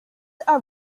are